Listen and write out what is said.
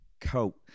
coat